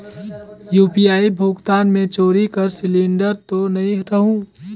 UPI भुगतान मे चोरी कर सिलिंडर तो नइ रहु?